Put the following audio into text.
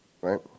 right